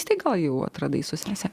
tai gal jau atradai su sese